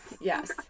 yes